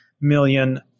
million